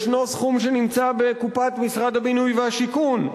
יש סכום שנמצא בקופת משרד הבינוי והשיכון.